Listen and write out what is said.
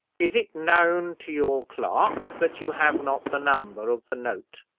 is it known to your clerks that you have not the number of the note?